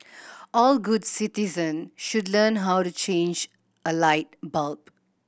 all good citizens should learn how to change a light bulb